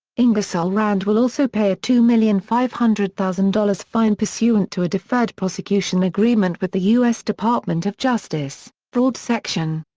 ingersoll-rand will also pay a two million five hundred thousand dollars fine pursuant to a deferred prosecution agreement with the u s. department of justice, fraud section.